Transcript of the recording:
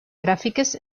gràfiques